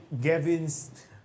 Gavin's